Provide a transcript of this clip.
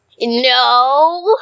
No